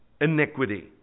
iniquity